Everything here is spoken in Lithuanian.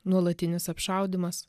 nuolatinis apšaudymas